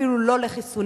אפילו לא לחיסונים.